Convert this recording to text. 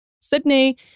Sydney